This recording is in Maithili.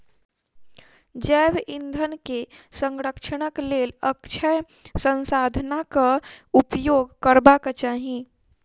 जैव ईंधन के संरक्षणक लेल अक्षय संसाधनाक उपयोग करबाक चाही